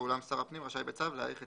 ואולם שר הפנים רשאי בצו להאריך את